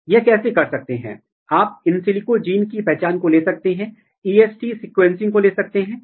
कुछ वैक्टर अनुक्रम में उसको क्लोन करते हैं और पहचानते हैं कि बाध्यकारी स्थल क्या हैं